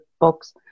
books